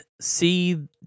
see